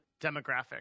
demographic